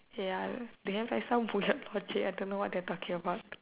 ya they have like some I don't know what they're talking about